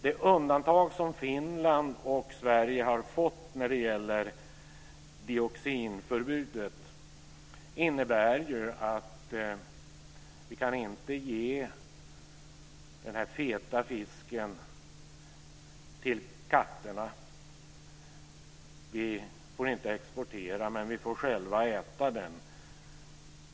Det undantag som Finland och Sverige har fått när det gäller dioxinförbudet innebär att vi inte kan ge den feta fisken till katterna, vi får inte exportera men vi får själva äta den.